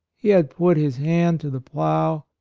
he had put his hand to the plough,